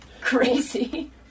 crazy